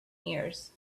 years